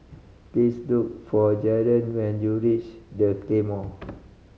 please look for Jaren when you reach The Claymore